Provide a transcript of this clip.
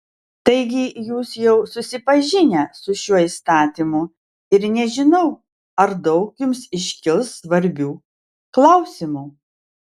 taigi jūs jau susipažinę su šiuo įstatymu ir nežinau ar daug jums iškils svarbių klausimų